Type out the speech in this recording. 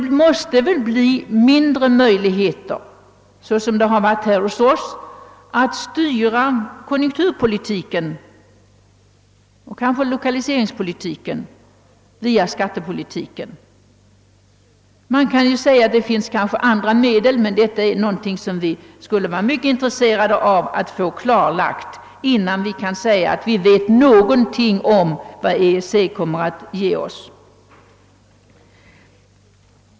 Vi måste i EEC få mindre möjligheter än nu att styra konjunkturpolitiken och kanske även lokaliseringspolitiken via skattepolitiken. Det kan visserligen sägas att det finns andra medel att då tillgripa i dessa syften, men vi skulle vara intresserade av att få detta klarlagt, innan det kan påstås att vi vet något om vad EEC innebär.